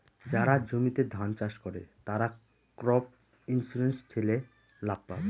যারা জমিতে ধান চাষ করে, তারা ক্রপ ইন্সুরেন্স ঠেলে লাভ পাবে